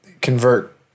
convert